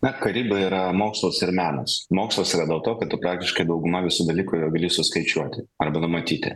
na karyba yra mokslas ir menas mokslas yra dėl to kad tu praktiškai dauguma visų dalykų gali suskaičiuoti arba numatyti